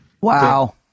Wow